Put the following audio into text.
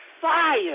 fire